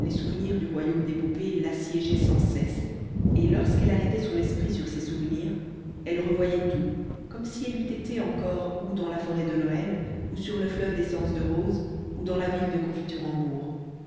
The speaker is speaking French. les souvenirs du royaume des poupées l'assiégeaient sans cesse et lorsqu'elle arrêtait son esprit sur ces souvenirs elle revoyait tout comme si elle eût été encore ou dans la forêt de noël ou sur le fleuve d'essence de rose ou dans la ville de